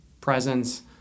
presence